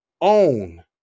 own